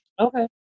Okay